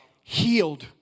healed